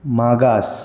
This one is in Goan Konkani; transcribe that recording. मागास